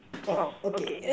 oh okay